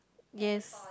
yes